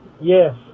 yes